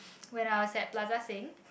when I was at Plaza Sing